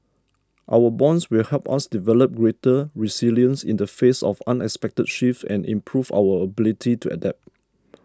our bonds will help us develop greater resilience in the face of unexpected shifts and improve our ability to adapt